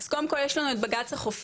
אז קודם כל יש לנו את בג"צ החופים,